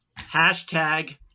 Hashtag